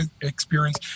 experience